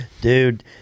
Dude